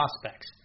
prospects